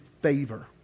favor